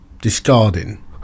discarding